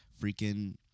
freaking